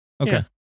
Okay